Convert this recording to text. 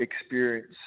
experience